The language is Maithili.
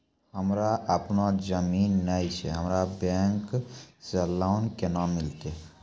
हमरा आपनौ जमीन नैय छै हमरा बैंक से लोन केना मिलतै?